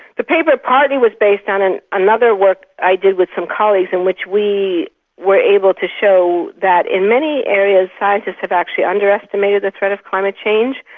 the paper partly was based on and another work i did with some colleagues in which we were able to show that in many areas scientists have actually underestimated the threat of climate change.